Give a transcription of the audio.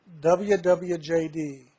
WWJD